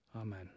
Amen